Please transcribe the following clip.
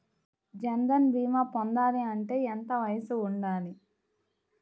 జన్ధన్ భీమా పొందాలి అంటే ఎంత వయసు ఉండాలి?